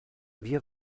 wir